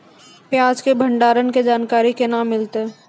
प्याज के भंडारण के जानकारी केना मिलतै?